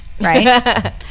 Right